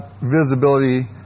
visibility